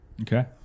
Okay